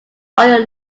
oil